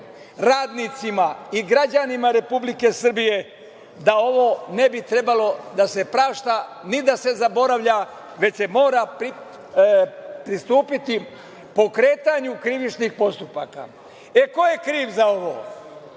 radnicima i građanima Republike Srbije, da ovo ne bi trebalo da se prašta ni da se zaboravlja, već se mora pristupiti pokretanju krivičnih postupaka? Ko je kriv za ovo?